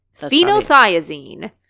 Phenothiazine